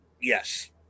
Yes